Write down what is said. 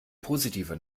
positive